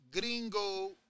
Gringo